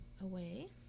away